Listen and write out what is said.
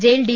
jail D